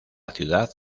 ciudad